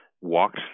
walked